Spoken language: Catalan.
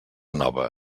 nova